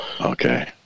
Okay